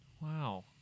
Wow